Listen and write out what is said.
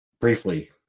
briefly